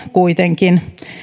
kuitenkin